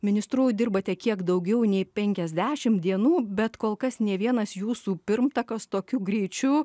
ministru dirbate kiek daugiau nei penkiasdešim dienų bet kol kas nė vienas jūsų pirmtakas tokiu greičiu